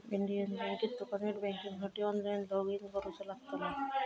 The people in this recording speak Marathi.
इंडियन बँकेत तुका नेट बँकिंगसाठी ऑनलाईन लॉगइन करुचा लागतला